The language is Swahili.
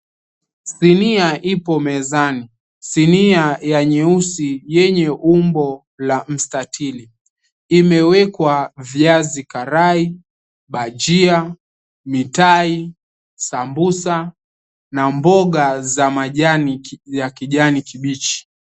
Sinia ipo mezani. Sinia ya nyeusi yenye umbo la mstatili. Imewekwa viazi karai, bajia, mitayi, sambusa na mboga za majani ya kijani kibichi.